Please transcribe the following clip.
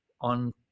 on